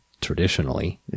traditionally